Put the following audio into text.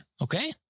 okay